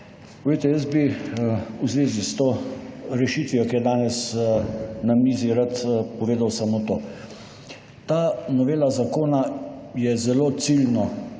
zvezi s to rešitvijo, ki je danes na mizi, rad povedal samo to: ta novela zakona je zelo ciljno